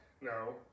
no